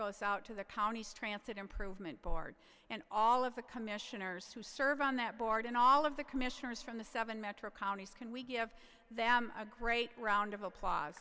goes out to the county's transferred improvement board and all of the commissioners who serve on that board and all of the commissioners from the seven metro counties can we give them a great round of applause